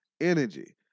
energy